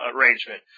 arrangement